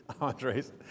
Andres